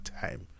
time